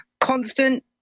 constant